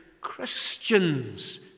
Christians